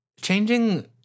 changing